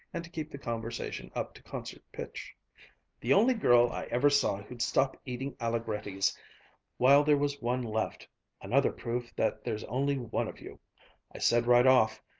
and to keep the conversation up to concert pitch the only girl i ever saw who'd stop eating alligretti's while there was one left another proof that there's only one of you i said right off,